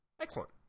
Excellent